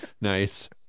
Nice